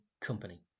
company